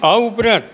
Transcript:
આ ઉપરાંત